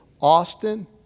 Austin